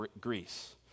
Greece